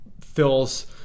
fills